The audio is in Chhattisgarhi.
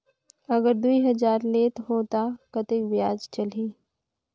अगर दुई हजार लेत हो ता कतेक ब्याज चलही?